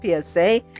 PSA